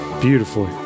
Beautifully